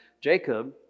Jacob